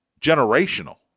generational